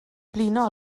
blino